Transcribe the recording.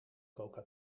coca